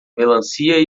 melancia